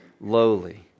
lowly